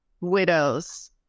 Widows